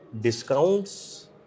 discounts